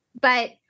But-